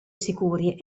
sicuri